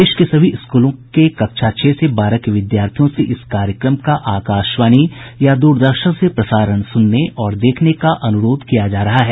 देश के सभी स्कूलों के कक्षा छह से बारह के विद्यार्थियों से इस कार्यक्रम का आकाशवाणी या दूरदर्शन से प्रसारण सुनने और देखने का अनुरोध किया जा रहा है